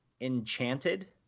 Enchanted